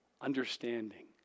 Understanding